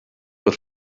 bod